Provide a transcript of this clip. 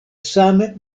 same